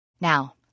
Now